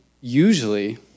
usually